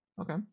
Okay